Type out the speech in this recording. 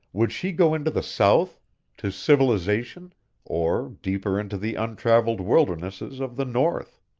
would she go into the south to civilization or deeper into the untraveled wildernesses of the north?